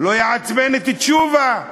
שלא יעצבן את תשובה.